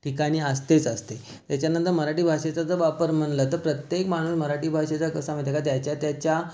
ठिकाणी असतेच असते त्याच्यानंतर मराठी भाषेचा जर वापर म्हणलं तर प्रत्येक माणूस मराठी भाषेचा कसा माहिती आहे का त्याच्या त्याच्या